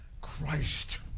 Christ